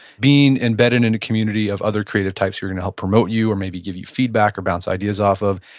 being embedded in a community of other creative types who are gonna help promote you, or maybe give you feedback or bounce ideas off of,